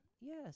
Yes